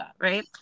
right